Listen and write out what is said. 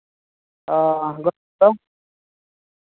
ᱚᱻ